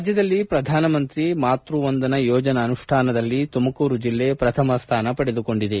ರಾಜ್ಯದಲ್ಲಿ ಪ್ರಧಾನಮಂತ್ರಿ ಮಾತೃವಂದನಾ ಯೋಜನಾ ಅನುಷ್ಠಾನದಲ್ಲಿ ತುಮಕೂರು ಜಿಲ್ಲೆ ಪ್ರಥಮ ಸ್ಥಾನ ಪಡೆದುಕೊಂಡಿದೆ